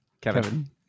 Kevin